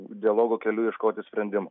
dialogo keliu ieškoti sprendimų